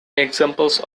examples